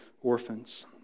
orphans